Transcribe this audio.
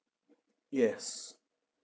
yes